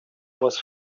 was